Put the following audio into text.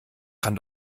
kann